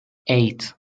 eight